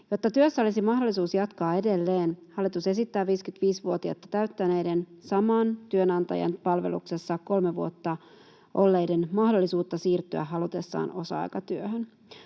Jotta työssä olisi mahdollisuus jatkaa edelleen, hallitus esittää 55 vuotta täyttäneiden saman työnantajan palveluksessa kolme vuotta olleiden mahdollisuutta siirtyä halutessaan osa-aikatyöhön.